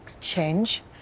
change